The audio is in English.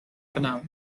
phenomenon